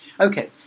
Okay